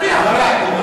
התרבות והספורט נתקבלה.